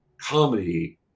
comedy